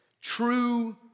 true